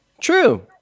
True